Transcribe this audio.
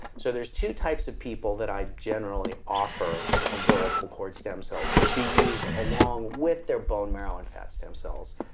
so, there's two types of people that i generally offer umbilical cord stem cells to be used along with their bone marrow and fat stem cells,